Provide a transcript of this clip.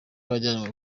wajyanywe